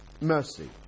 mercy